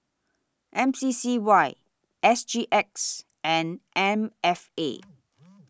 M C C Y S G X and M F A